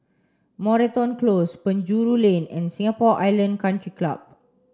Moreton Close Penjuru Lane and Singapore Island Country Club